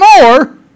more